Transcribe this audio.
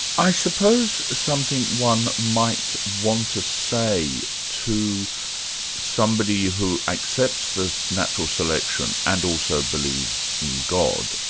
i suppose something one might want to say to somebody who accepts the natural selection and also believes in god,